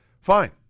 fine